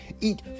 eat